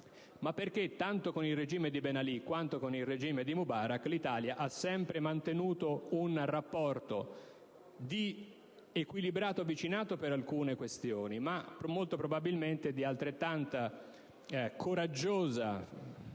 ma perché, tanto con il regime di Ben Ali quanto con il regime di Mubarak, l'Italia ha sempre mantenuto un rapporto di equilibrato vicinato per alcune questioni ma, molto probabilmente, di altrettanto coraggioso